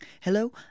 Hello